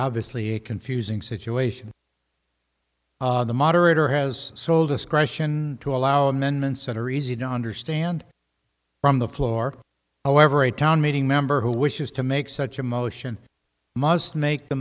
obviously a confusing situation the moderator has sole discretion to allow amendments that are easy to understand from the floor however a town meeting member who wishes to make such a motion must make the